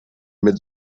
mit